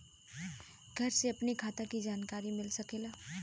घर से अपनी खाता के जानकारी मिल सकेला?